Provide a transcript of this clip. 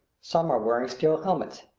some are wearing steel helmets,